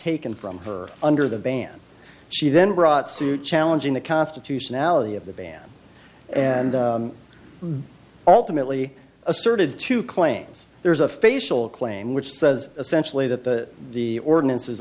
taken from her under the ban she then brought suit challenging the constitutionality of the ban and ultimately asserted two claims there's a facial claim which says essentially that the the ordinance